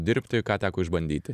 dirbti ką teko išbandyti